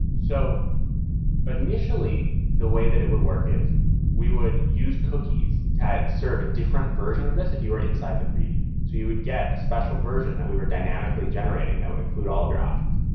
so initially, the way that it would work is we would use cookies to serve a different version of this if you are inside the preview. so you would get a special version that we were dynamically generating that would include all your options.